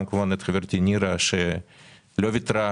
את חברתי חברת הכנסת נירה שלא ויתרה,